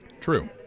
True